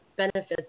Benefits